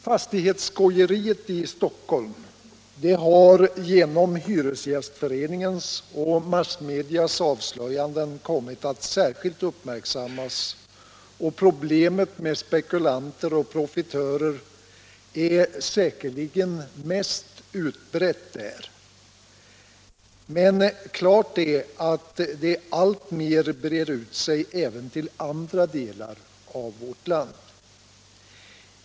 Fastighetsskojet i Stockholm har genom hyresgästföreningens och massmedias avslöjanden kommit att särskilt uppmärksammas, och problemet med spekulanter och profitörer är säkerligen mest utbrett där, men klart är att det alltmer breder ut sig även till andra delar av vårt land.